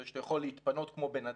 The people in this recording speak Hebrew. כשאתה יכול להתפנות כמו בן אדם,